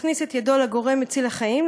מכניס את ידו לגורם מציל החיים,